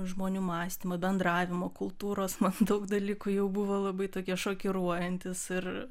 žmonių mąstymo bendravimo kultūros man daug dalykų jau buvo labai tokie šokiruojantys ir